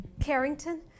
Carrington